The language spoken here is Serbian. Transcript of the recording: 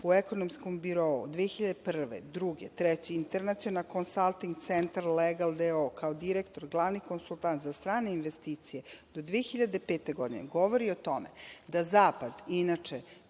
u ekonomskom birou 2001, 2002, 2003. Internacional konsalting centar legal d.o.o. kao direktor glavni konsultant za strane investicije do 2005. godine govori o tome da zapad inače